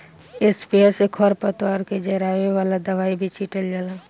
sprayer से खर पतवार के जरावे वाला दवाई भी छीटल जाला